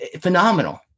phenomenal